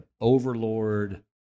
overlord